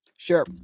sure